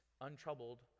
untroubled